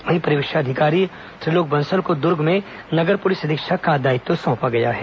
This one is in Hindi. वहीं परीवीक्षा अधिकारी त्रिलोक बंसल को दूर्ग में नगर पुलिस अधीक्षक का दायित्व सौंपा गया है